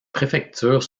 préfectures